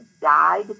died